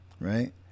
right